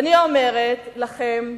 ואני אומרת לכם,